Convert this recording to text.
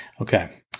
Okay